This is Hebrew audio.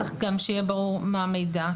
צריך שיהיה ברור מה המידע,